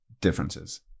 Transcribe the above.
differences